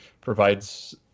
provides